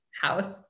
house